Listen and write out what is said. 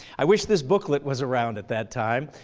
i wish this booklet was around at that time.